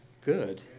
good